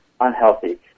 unhealthy